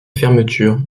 fermeture